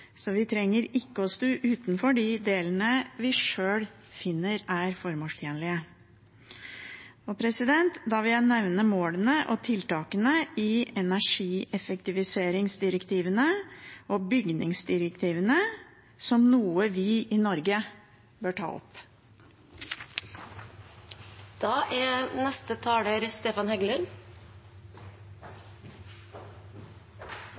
Vi trenger ikke å stå utenfor de delene vi sjøl finner er formålstjenlige, og da vil jeg nevne målene og tiltakene i energieffektiviseringsdirektivene og bygningsdirektivene som noe vi i Norge bør ta